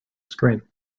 screen